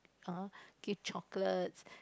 uh give chocolates